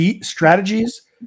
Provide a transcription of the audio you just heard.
strategies